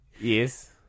Yes